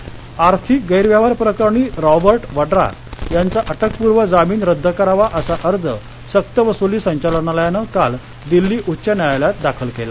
वद्रा आर्थिक गैरव्यवहार प्रकरणी रॉबर्ट वड्रा यांचा अटकपूर्व जामीन रद्द करावा असा अर्ज सक्तवसूली संचालनालयानं काल दिल्ली उच्च न्यायालयात दाखल केला